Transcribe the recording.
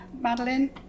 Madeline